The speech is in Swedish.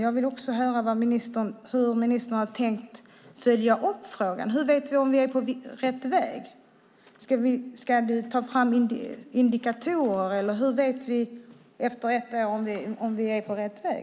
Jag vill höra hur ministern har tänkt i den frågan. Hur vet vi om vi är på rätt väg? Ska du ta fram indikatorer? Hur vet vi efter ett år om vi är på rätt väg?